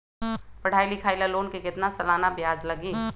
पढाई लिखाई ला लोन के कितना सालाना ब्याज लगी?